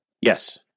Yes